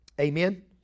Amen